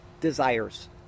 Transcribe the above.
desires